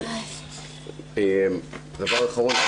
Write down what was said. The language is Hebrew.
דבר אחרון.